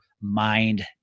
mind